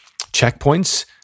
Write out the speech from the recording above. checkpoints